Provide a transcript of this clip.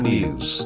News